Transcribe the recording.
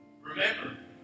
Remember